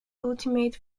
ultimate